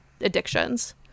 addictions